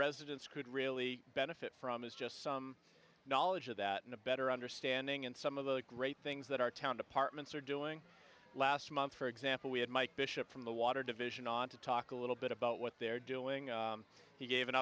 residents could really benefit from is just some knowledge of that and a better understanding and some of the great things that our town departments are doing last month for example we had mike bishop from the water division on to talk a little bit about what they're doing he gave an